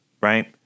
Right